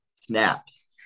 Snaps